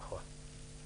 נכון.